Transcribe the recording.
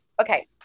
okay